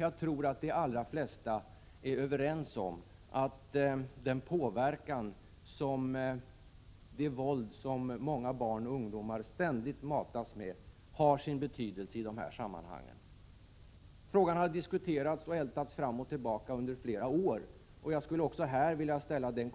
Jag tror att de allra flesta är överens om att påverkan från det våld som många barn och ungdomar ständigt matas med har sin betydelse i dessa sammanhang. Problemet har diskuterats och ältats fram och tillbaka under flera år, och jag vill